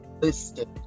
listed